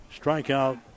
strikeout